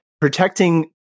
protecting